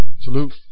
Salute